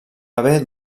haver